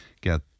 get